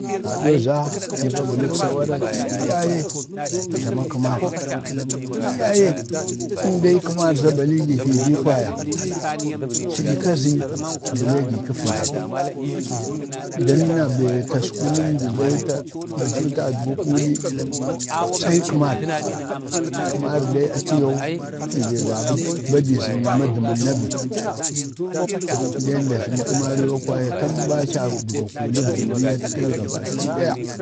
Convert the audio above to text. gaɗoo za nii va bələk sawara tii ya ye tə jlama kəmar tii ya ye əndee kəmar za baligi fii bii kwaya, tlaɗyək kazi ablee gi kəfii bai dənna bee taskunən andi dai ta ba cu tadgu kuli, sai kəmar, kəmar dai atəyau fii bee baɓa badii zənə ma dəmaŋ nabi. ndee nda ajləg kəmar yoo kwa tamɓa aci adgwa kulək duniyat kəli gabakiɗaya.